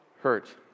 hurt